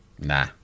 Nah